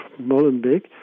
Molenbeek